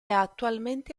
attualmente